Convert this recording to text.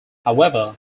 however